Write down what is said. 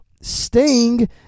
Sting